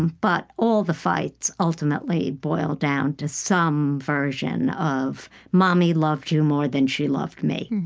but all the fights ultimately boiled down to some version of mommy loved you more than she loved me